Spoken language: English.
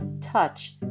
Touch